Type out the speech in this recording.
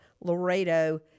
Laredo